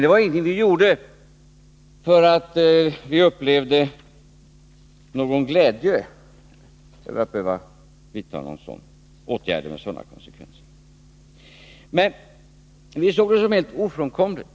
Det var ingenting vi gjorde därför att vi St upplevde någon glädje över att behöva vidta åtgärder med sådana konsekvenser. Vi ansåg det emellertid vara helt ofrånkomligt.